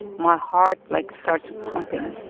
my heart, like, starts pumping.